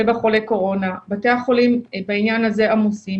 ובחולי קורונה בתי החולים בעניין הזה עמוסים.